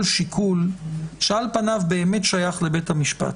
שיקול שעל פניו באמת שייך לבית המשפט,